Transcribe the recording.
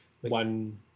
one